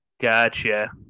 Gotcha